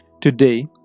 today